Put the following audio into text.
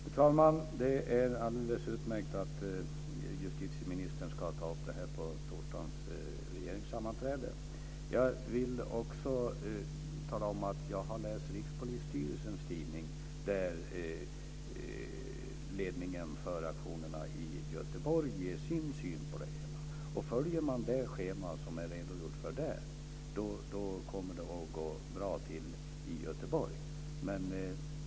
Fru talman! Det är alldeles utmärkt att justitieministern ska ta upp detta på torsdagens regeringssammanträde. Jag vill också tala om att jag har läst Rikspolisstyrelsens tidning, där ledningen för aktionerna i Göteborg ger sin syn på det hela. Följer man det schema som är redogjort för där kommer det att gå bra i Göteborg.